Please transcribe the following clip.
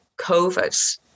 COVID